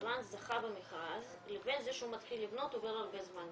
שהקבלן זכה במכרז לבין זה שהוא מתחיל לבנות עובר הרבה זמן,